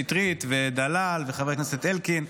שטרית ואלקין.